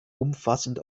umfassend